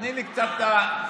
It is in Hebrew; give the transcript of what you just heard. תני לי קצת קרדיט,